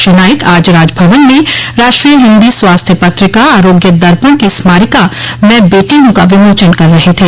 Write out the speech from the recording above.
श्री नाईक आज राजभवन में राष्ट्रीय हिन्दी स्वास्थ्य पत्रिका आरोग्य दर्पण की स्मारिका मैं बेटी हूँ का विमोचन कर रहे थे